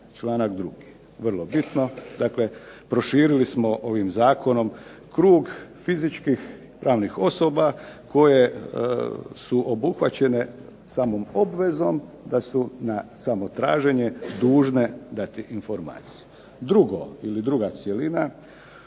članak drugi vrlo bitno. Dakle, proširili smo ovim zakonom krug fizičkih pravnih osoba koje su obuhvaćene samom obvezom da su na samo traženje dužne dati informaciju. Drugo ili druga cjelina.